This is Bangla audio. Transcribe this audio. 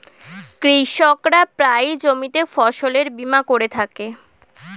কৃষকরা প্রায়ই জমিতে ফসলের বীমা করে থাকে